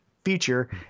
feature